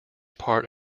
part